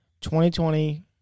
2020